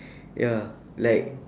ya like